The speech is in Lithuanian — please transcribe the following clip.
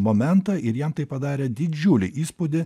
momentą ir jam tai padarė didžiulį įspūdį